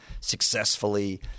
successfully